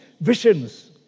visions